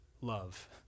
love